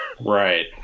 right